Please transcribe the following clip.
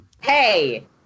Hey